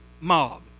mob